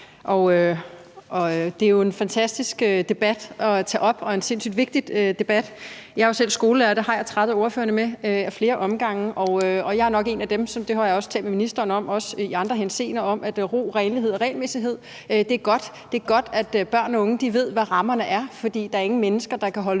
tak. Det er jo en fantastisk debat at tage op og en sindssyg vigtig debat. Jeg er jo selv skolelærer, og det har jeg trættet ordførerne med ad flere omgange, og jeg er nok en af dem – det har jeg også talt med ministeren om i andre sammenhænge – der tror på, at ro, renlighed og regelmæssighed er godt. Det er godt, at børn og unge ved, hvad rammerne er, for der er ingen mennesker, der kan holde